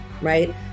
right